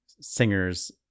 singers